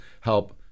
help